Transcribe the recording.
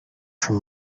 from